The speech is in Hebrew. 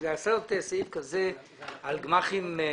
לעשות סעיף כזה על גמ"חים.